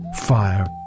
fire